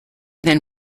then